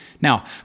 Now